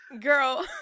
Girl